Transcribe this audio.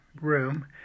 room